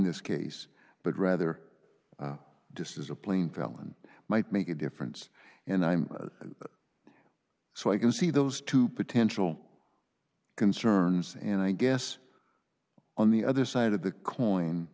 this case but rather disses a plain felon might make a difference and i'm so i can see those two potential concerns and i guess on the other side of the coin